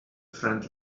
friend